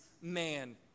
man